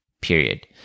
period